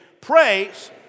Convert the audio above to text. Praise